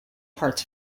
parts